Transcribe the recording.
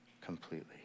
completely